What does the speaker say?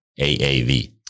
aav